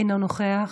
אינו נוכח,